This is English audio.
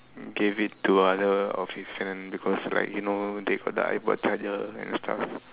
gave it to other of his friend because like you know they got iPod charger and stuff